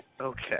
Okay